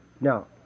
Now